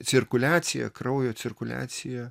cirkuliacija kraujo cirkuliacija